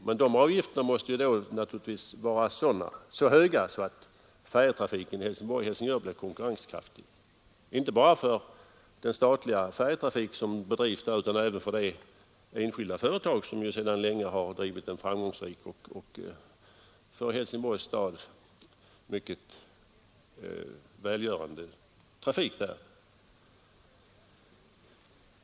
Men de avgifterna måste naturligtvis vara så höga, att färjetrafiken mellan Helsingborg och Helsingör blir konkurrenskraftig, inte bara den statliga färjetrafik som förekommer utan även den färjetrafik som så framgångsrikt bedrivs av enskilda företagare och som för Helsingborg varit till så stort gagn.